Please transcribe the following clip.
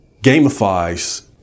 gamifies